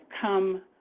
come